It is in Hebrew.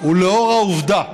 ולאור העובדה